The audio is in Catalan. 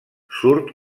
surt